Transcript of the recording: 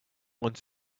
want